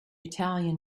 italian